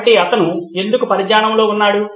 కాబట్టి అతను ఎందుకు పరధ్యానంలో ఉన్నాడు